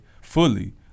fully